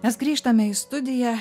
mes grįžtame į studiją